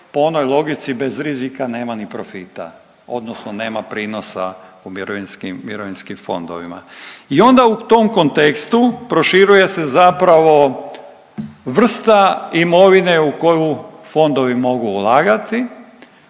po onoj logici bez rizika nema ni profita, odnosno nema prinosa u mirovinskim fondovima. I onda u tom kontekstu proširuje se zapravo vrsta imovine u koju fondovi mogu ulagati,